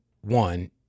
one